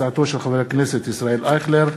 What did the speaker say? של חבר הכנסת ישראל אייכלר.